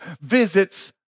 visits